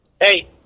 Hey